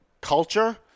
culture